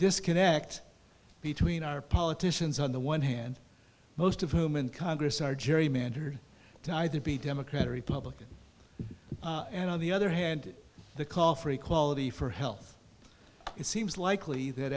disconnect between our politicians on the one hand most of whom in congress are gerrymandered to either be democrat or republican and on the other hand the call for equality for health it seems likely that